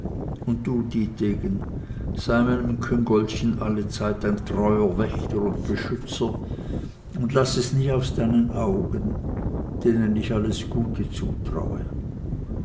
sei meinem küngoltchen allezeit ein treuer wächter und beschützer und laß es nie aus deinen augen denen ich alles gute zutraue